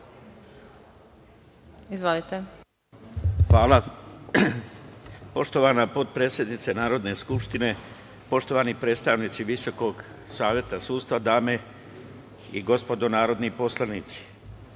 Atlagić** Hvala. Poštovana potpredsednice Narodne skupštine, poštovani predstavnici Visokog saveta sudstva, dame i gospodo narodni poslanici,